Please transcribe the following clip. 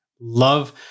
love